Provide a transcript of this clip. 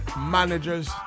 manager's